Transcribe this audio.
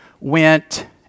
went